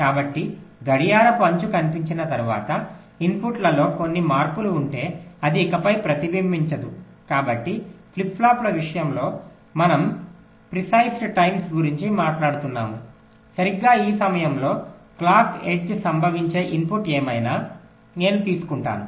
కాబట్టి గడియారపు అంచు కనిపించిన తర్వాత ఇన్పుట్లలో కొన్ని మార్పులు ఉంటే అది ఇకపై ప్రతిబింబించదు కాబట్టి ఫ్లిప్ ఫ్లాప్ల విషయంలో మనం ప్రిసైజ్డ్ టైమ్స్ గురించి మాట్లాడుతున్నాము సరిగ్గా ఈ సమయంలో క్లాక్ ఎడ్జ్ సంభవించే ఇన్పుట్ ఏమైనా నేను తీసుకుంటాను